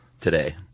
today